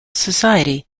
society